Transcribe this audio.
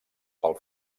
pel